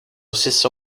stesso